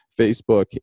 Facebook